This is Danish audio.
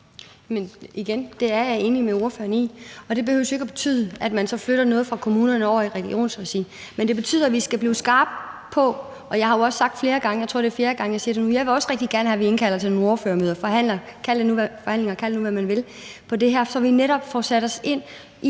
Det er jeg enig med ordføreren i. Det behøver jo ikke at betyde, at man flytter noget fra kommunerne over i regionerne. Men det betyder, at vi skal blive skarpe på det. Jeg har også sagt det flere gange – jeg tror, det er fjerde gang, jeg siger det nu – at jeg også rigtig gerne vil have, at vi indkalder til nogle ordførermøder, forhandlinger eller kald det, hvad man vil, om det her, så vi netop får sat os ind i,